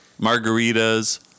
margaritas